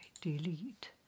delete